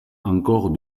encore